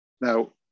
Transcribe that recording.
Now